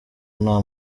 nta